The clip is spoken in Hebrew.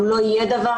גם לא יהיה דבר כזה,